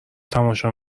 تماشا